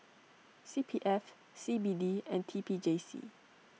C P F C B D and T P J C